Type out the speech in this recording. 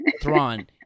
Thrawn